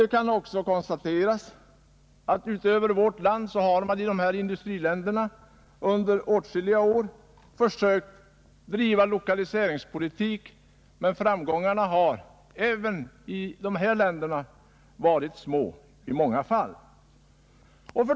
Utöver vårt land har många andra industriländer under åtskilliga år försökt driva lokaliseringspolitik, men framgångarna har även i dessa länder varit små i många fall.